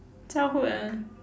childhood ah